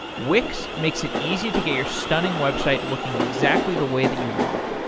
wix makes it easy to get your stunning website looking exactly the way that you want.